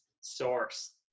source